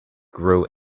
grow